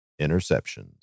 interceptions